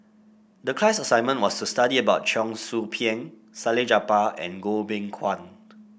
the class assignment was to study about Cheong Soo Pieng Salleh Japar and Goh Beng Kwan